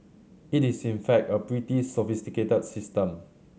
it is in fact a pretty sophisticated system